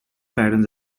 patterns